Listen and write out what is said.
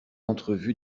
entrevu